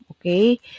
okay